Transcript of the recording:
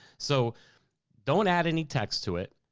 so don't add any text to it.